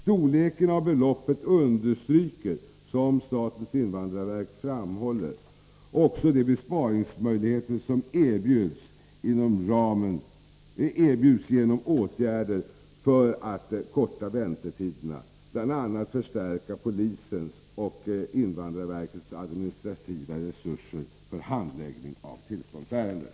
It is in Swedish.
Storleken av beloppet understryker, som SIV framhåller, också de besparingsmöjligheter som erbjuds genom åtgärder för att korta väntetiderna, bl.a. förstärk ning av polisens och SIV:s administrativa resurser för handläggning av tillståndsärenden.